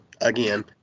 again